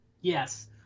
Yes